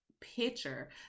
picture